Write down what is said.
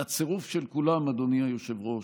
והצירוף של כולם, אדוני היושב-ראש,